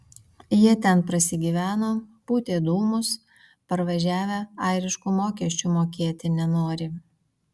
jie ten prasigyveno pūtė dūmus parvažiavę airiškų mokesčių mokėti nenori